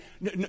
No